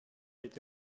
été